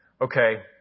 okay